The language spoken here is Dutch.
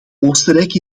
oostenrijk